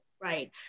right